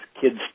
kids